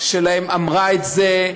שלהם אמרה את זה,